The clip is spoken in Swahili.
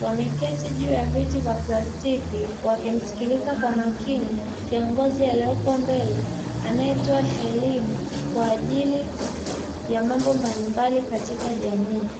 wameketi juu ya viti vya plastiki wakimsikiliza kwa makini kiongozi aliyoko mbele; anayetoa elimu kwa ajili mambo mbalimbali katika jamii.